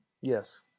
Yes